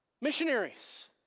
missionaries